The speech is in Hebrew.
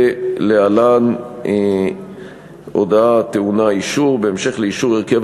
להלן הודעה הטעונה אישור: בהמשך לאישור הרכב